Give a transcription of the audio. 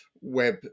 web